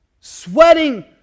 sweating